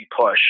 push